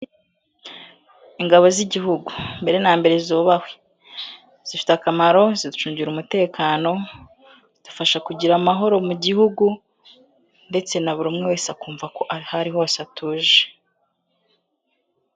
Ingabo z'igihugu mbere na mbere zubahwe, zifite akamaro, ziducungira umutekano, zidufasha kugira amahoro mu gihugu ndetse na buri umwe wese akumva ko aho ari hose atuje.